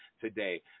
today